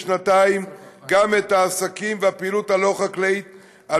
בשנתיים גם את העסקים והפעילות הלא-חקלאית על